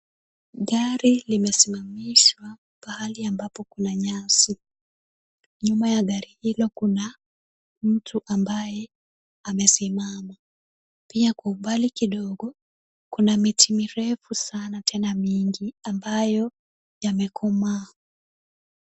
Gari limesimamishwa mahali ambapo kuna nyasi. Nyuma ya gari hilo kuna mtu ambaye amesimama. Pia kwa umbali kidogo, kuna miti mirefu sana tena mingi ambayo yamekomaa.